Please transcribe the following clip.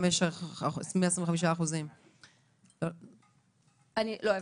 125%. סליחה, לא הבנתי.